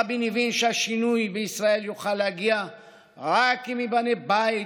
רבין הבין שהשינוי בישראל יוכל להגיע רק אם ייבנה בית